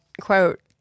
quote